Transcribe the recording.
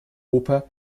oper